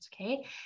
okay